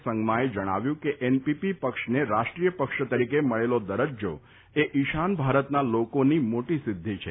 સંગમાએ જણાવ્યું છે કે એનપીપી પક્ષને રાષ્ટ્રીય પક્ષ તરીકે મળેલો દરજ્જો એ ઇશાન ભારતના લોકોની મોટી સિદ્ધિ છે